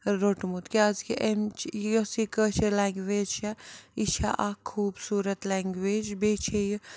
روٚٹمُت کیٛازِکہِ اَمچ یۄس یہِ کٲشٕر لنٛگویج چھےٚ یہِ چھےٚ اَکھ خوٗبصوٗرَت لٮ۪نٛگویج بیٚیہِ چھےٚ یہِ